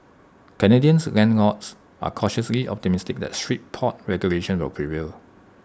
Canadians landlords are cautiously optimistic that strict pot regulations will prevail